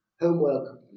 Homework